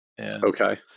Okay